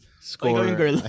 score